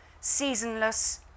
seasonless